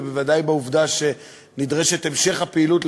ובוודאי עם העובדה שנדרש המשך הפעילות,